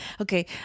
okay